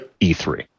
E3